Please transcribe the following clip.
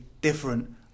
different